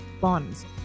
bonds